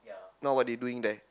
now what they doing there